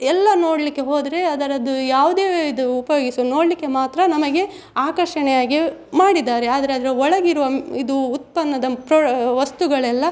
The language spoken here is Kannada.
ಎಲ್ಲ ನೋಡಲಿಕ್ಕೆ ಹೋದರೆ ಅದರದ್ದು ಯಾವುದೇ ಇದು ಉಪಯೋಗಿಸು ನೋಡಲಿಕ್ಕೆ ಮಾತ್ರ ನಮಗೆ ಆಕರ್ಷಣೆಯಾಗೆ ಮಾಡಿದ್ದಾರೆ ಆದರೆ ಅದರ ಒಳಗಿರುವ ಇದು ಉತ್ಪನ್ನದ ಪ್ರೊಡ್ ವಸ್ತುಗಳೆಲ್ಲ